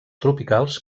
tropicals